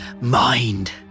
mind